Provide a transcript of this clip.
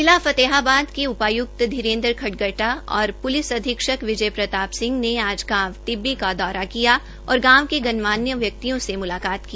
जिला फतेहाबाद के उपाय्क्त धीरेन्द्र खडगटा और प्लिस अधीक्षक विजय प्रताप सिह ने आज गांव टिब्बी का दौरा किया और गांव के गणमान्य व्यक्तियों से म्लाकात की